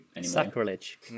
Sacrilege